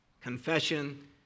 confession